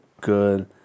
good